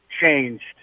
changed